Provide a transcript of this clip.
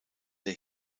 der